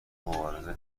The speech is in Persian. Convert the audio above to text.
مبارزه